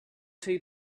two